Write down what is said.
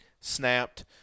snapped